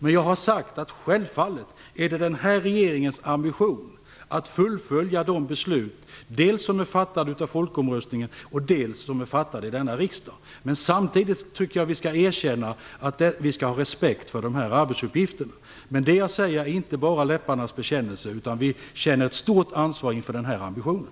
Men jag har sagt att det självfallet är den här regeringens ambition att fullfölja dels de beslut som är fattade av folkomröstningen, dels de beslut som är fattade av denna riksdag. Men jag tycker att vi samtidigt skall erkänna att vi skall ha respekt för dessa arbetsuppgifter. Det jag säger är inte bara läpparnas bekännelse, utan vi känner ett stort ansvar inför den här ambitionen.